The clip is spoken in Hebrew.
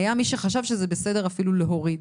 היה מי שחשב שזה בסדר אפילו להוריד.